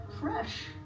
fresh